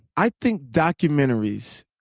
i think documentaries